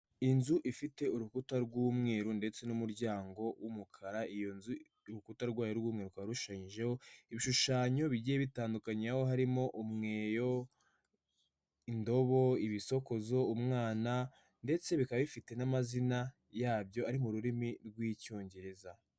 Inzu ifite urukuta rw'umweru ndetse n'umuryango w'umukara, iyo nzu urukuta rwayo rw'umweru rukaba rushushanyijeho ibishushanyo bigiye bitandukanye, aho harimo umweyo, indobo, ibisokozo, umwana ndetse bikaba bifite n'amazina yabyo ari mu rurimi rw'icyongereza.